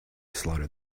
slaughter